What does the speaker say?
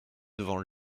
devant